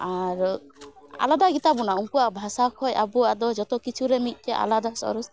ᱟᱨ ᱟᱞᱟᱫᱟ ᱜᱮᱛᱟᱵᱚᱱᱟ ᱩᱝᱠᱚᱣᱟᱜ ᱵᱷᱟᱥᱟ ᱠᱷᱚᱱ ᱟᱵᱚᱣᱟᱜ ᱫᱚ ᱡᱚᱛᱚ ᱠᱤᱪᱷᱩᱨᱮ ᱢᱤᱫᱴᱮᱱ ᱟᱞᱟᱫᱟ ᱥᱚᱨᱮᱥ